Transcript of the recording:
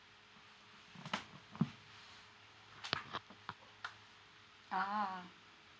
ah